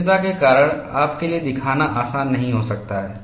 भिन्नता के कारण आपके लिए दिखाना आसान नहीं हो सकता है